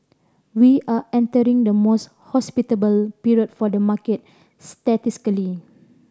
we are entering the most hospitable period for the market statistically